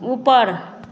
ऊपर